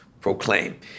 proclaim